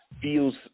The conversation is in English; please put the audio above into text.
feels